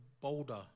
boulder